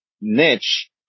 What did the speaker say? niche